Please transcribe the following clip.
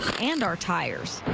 and our tires